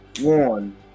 one